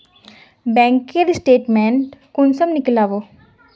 Bank के statement कुंसम नीकलावो?